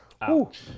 Ouch